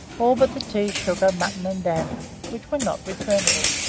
all but the tea, sugar, mutton, and damper, which were not returnable.